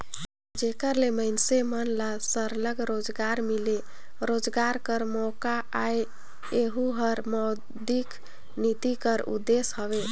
जेकर ले मइनसे मन ल सरलग रोजगार मिले, रोजगार कर मोका आए एहू हर मौद्रिक नीति कर उदेस हवे